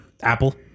apple